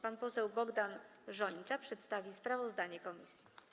Pan poseł Bogdan Rzońca przedstawi sprawozdanie komisji.